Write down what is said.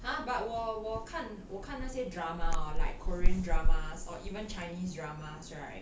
!huh! but 我我看我看那些 drama orh like korean dramas or even chinese dramas right